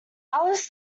alice